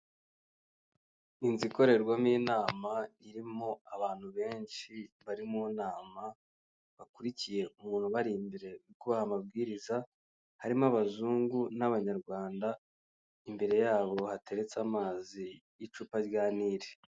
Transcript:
Inzu ikorerwamo inama irimo abantu benshi bari mu nama bakurikiye umuntu bari imbere uri kubaha amabwiriza harimo abazungu n'abanyarwanda imbere yabo hateretse amazi y'icupa rya nili.